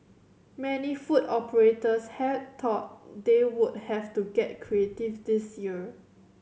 many food operators had thought they would have to get creative this year